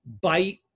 bite